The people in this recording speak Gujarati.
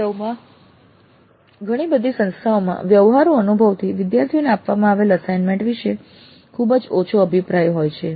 વાસ્તવમાં ઘણી બધી સંસ્થાઓમાં વ્યવહારુ અનુભવથી વિદ્યાર્થીઓને આપવામાં આવેલ અસાઈનમનેટ વિશે ખૂબ જ ઓછો અભિપ્રાય હોય છે